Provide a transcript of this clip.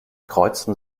kreuzten